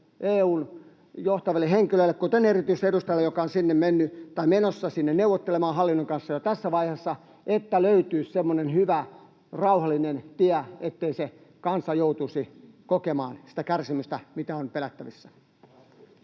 EU:n johtaville henkilöille, kuten erityisedustajalle, joka on menossa sinne neuvottelemaan hallinnon kanssa jo tässä vaiheessa, että löytyisi semmoinen hyvä, rauhallinen tie, ettei se kansa joutuisi kokemaan sitä kärsimystä, mikä on pelättävissä.